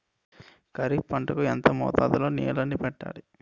ఖరిఫ్ పంట కు ఎంత మోతాదులో నీళ్ళని పెట్టాలి?